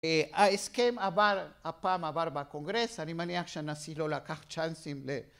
ההסכם עבר הפעם עבר בקונגרס אני מניח שנשיא לא לקח צ'אנסים